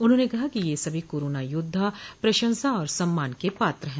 उन्होंने कहा कि ये सभी कोरोना योद्वा प्रशंसा और सम्मान के पात्र हैं